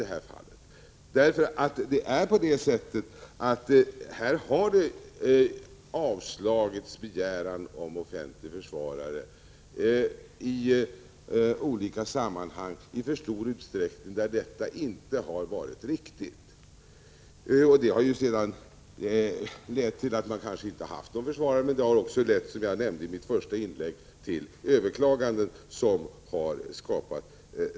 Det har faktiskt i alltför stor utsträckning förekommit avslag på begäran om offentlig försvarare när detta inte varit riktigt. Det har lett till att man avkunnat domar utan att offentlig försvarare förordnats, men också till, som jag nämnde i mitt första inlägg, överklaganden där rättelse skett.